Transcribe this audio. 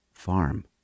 Farm